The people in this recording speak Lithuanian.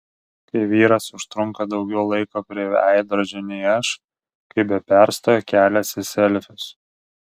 kai vyras užtrunka daugiau laiko prie veidrodžio nei aš kai be perstojo keliasi selfius